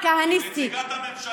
מוכיחה מעבר לכל צל של ספק,